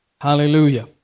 Hallelujah